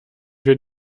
wir